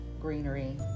greenery